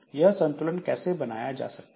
यह संतुलन कैसे बनाया जा सकता है